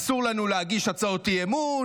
אסור לנו להגיש הצעות אי-אמון,